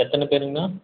எத்தனை பேருங்கண்ணா